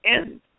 end